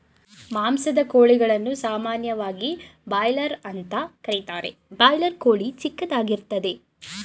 ಮಾಂಸದ ಕೋಳಿಗಳನ್ನು ಸಾಮಾನ್ಯವಾಗಿ ಬಾಯ್ಲರ್ ಅಂತ ಕರೀತಾರೆ ಬಾಯ್ಲರ್ ಕೋಳಿ ಚಿಕ್ಕದಾಗಿರ್ತದೆ